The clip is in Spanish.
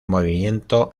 movimiento